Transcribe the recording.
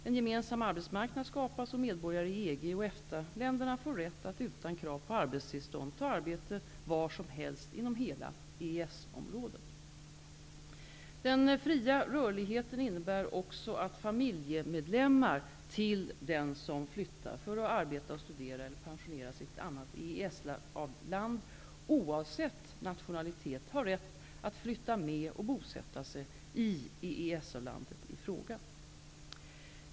En gemensam arbetsmarknad skapas och medborgare i EG och EFTA-länderna får rätt att utan krav på arbetstillstånd ta arbete var som helst inom hela Den fria rörligheten innebär också att familjemedlemmar till den som flyttar för att arbeta, studera eller pensionera sig i ett annat EES land, oavsett nationalitet, har rätt att flytta med och bosätta sig i EES-landet i fråga.